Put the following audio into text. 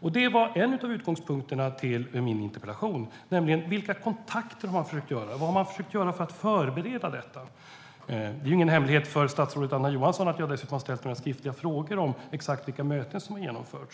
Det var en av utgångspunkterna för min interpellation, nämligen vilka kontakter man försökt skapa, vad man försökt göra för att förbereda detta. Det är ingen hemlighet för statsrådet Anna Johansson att jag dessutom har ställt några skriftliga frågor om exakt vilka möten som genomförts.